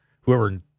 whoever